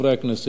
יושב-ראש,